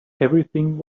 everything